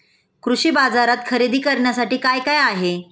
कृषी बाजारात खरेदी करण्यासाठी काय काय आहे?